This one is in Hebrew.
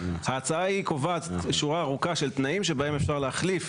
ההצעה ההיא קובעת שורה ארוכה של תנאים בהם אפשר להחליף